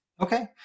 Okay